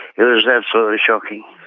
it was absolutely shocking.